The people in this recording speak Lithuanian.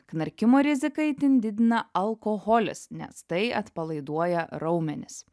knarkimo riziką itin didina alkoholis nes tai atpalaiduoja raumenis